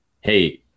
Hey